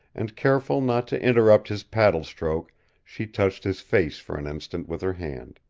and careful not to interrupt his paddle-stroke she touched his face for an instant with her hand.